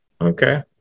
Okay